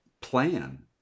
plan